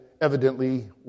evidently